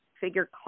figure